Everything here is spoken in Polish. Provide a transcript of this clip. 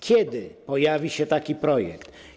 Kiedy pojawi się taki projekt?